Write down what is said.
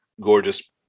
gorgeous